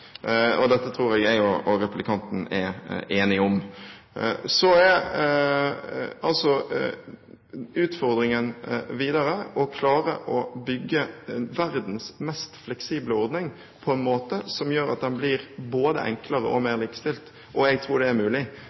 sammen. Dette tror jeg at jeg og replikanten er enige om. Så er utfordringen videre å klare å bygge verdens mest fleksible ordning på en måte som gjør at den blir både enklere og mer likestilt. Jeg tror det er mulig.